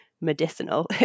medicinal